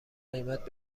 قیمت